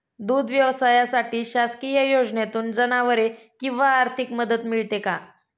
दूध व्यवसायासाठी शासकीय योजनेतून जनावरे किंवा आर्थिक मदत मिळते का?